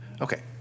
Okay